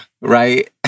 right